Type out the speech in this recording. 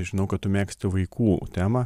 žinau kad tu mėgsti vaikų temą